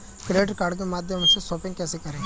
Credit card के माध्यम से शॉपिंग कैसे करें?